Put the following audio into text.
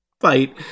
fight